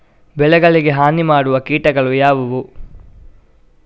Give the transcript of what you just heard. ಬೆಳೆಗಳಿಗೆ ಹಾನಿ ಮಾಡುವ ಕೀಟಗಳು ಯಾವುವು?